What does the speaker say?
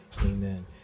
Amen